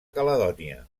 caledònia